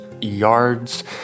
yards